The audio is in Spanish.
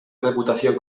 reputación